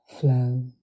flow